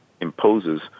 imposes